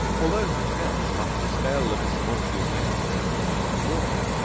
altho he felt, after the spell of mr. montague's magnetism was withdrawn,